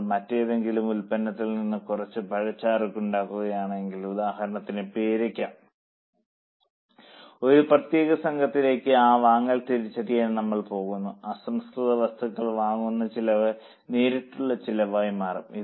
നമ്മൾ മറ്റേതെങ്കിലും ഉൽപ്പന്നത്തിൽ നിന്ന് കുറച്ച് പഴച്ചാറുണ്ടാക്കുകയാണെങ്കിൽ ഉദാഹരണത്തിന് പേരയ്ക്ക എടുക്കാം ആ പ്രത്യേക സംഘത്തിലേക്ക് ആ വാങ്ങൽ തിരിച്ചറിയാൻ നമുക്ക് പോകാം അസംസ്കൃത വസ്തുക്കൾ വാങ്ങുന്ന ചിലവ് നേരിട്ടുള്ള ചിലവായി മാറും